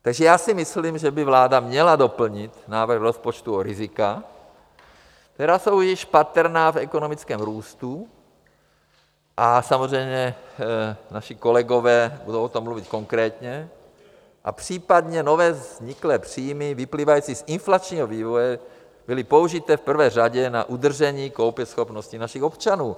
Takže já si myslím, že by vláda měla doplnit návrh rozpočtu o rizika, která jsou již patrná v ekonomickém růstu, a samozřejmě naši kolegové budou o tom mluvit konkrétně, a případně nově vzniklé příjmy vyplývající z inflačního vývoje byly použité v prvé řadě na udržení koupěschopnosti našich občanů.